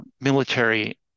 military